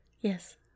Yes